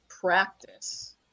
practice